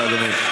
בבקשה, אדוני.